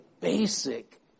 basic